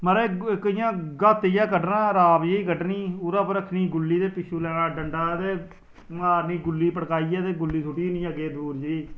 महाराज इक इयां गत्त जेहा कड्ढना राव जेही कड्ढनी ओहदे उपर रक्नीै गुल्ली ते पिच्छो लेना डंडा ते मारनी गुल्ली उपर ते गुल्ली सुट्टी ओड़नी ते